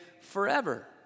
forever